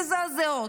מזעזעות,